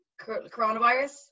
coronavirus